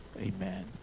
Amen